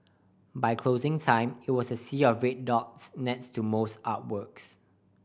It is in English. by closing time it was a sea of red dots next to most artworks